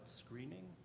screening